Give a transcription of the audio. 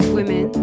Women